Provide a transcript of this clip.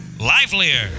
livelier